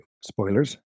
Spoilers